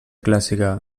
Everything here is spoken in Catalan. clàssica